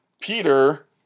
Peter